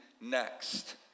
next